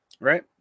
right